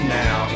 now